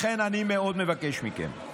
לכן, אני מאוד מבקש מכם,